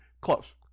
close